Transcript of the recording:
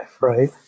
right